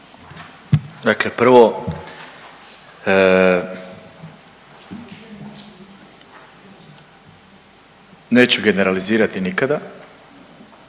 Dakle, prvo neću generalizirati nikada